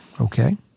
Okay